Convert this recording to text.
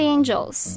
Angels